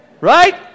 right